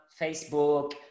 Facebook